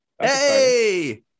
Hey